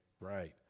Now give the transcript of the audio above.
right